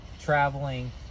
traveling